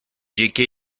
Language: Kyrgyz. жеке